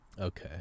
Okay